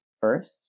first